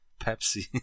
Pepsi